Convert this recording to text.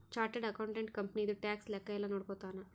chartered accountant ಕಂಪನಿದು tax ಲೆಕ್ಕ ಯೆಲ್ಲ ನೋಡ್ಕೊತಾನ